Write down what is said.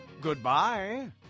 Goodbye